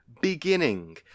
beginning